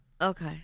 Okay